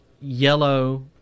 yellow